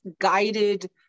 guided